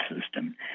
system